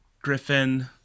Griffin